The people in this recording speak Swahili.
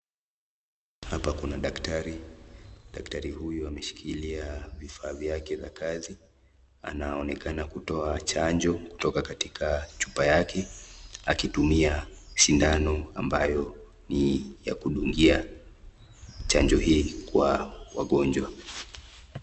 Hapa Kuna daktari daktari huyu ameshikilia vivaa vyake vya kazi anaonekana kutoka janjoo katika jupa yake akitumia sindano ambayo ni ya kudungia chanjo Kwa wagonjwa.